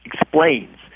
explains